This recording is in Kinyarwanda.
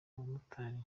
abamotari